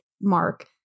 mark